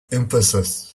emphasis